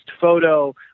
photo